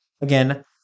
Again